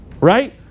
right